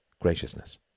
graciousness